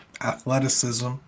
athleticism